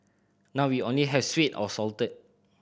now we only have sweet or salted